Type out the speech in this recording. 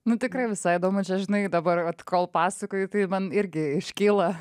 nu tikrai visai įdomu čia žinai dabar vat kol pasakoju tai man irgi iškyla